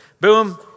boom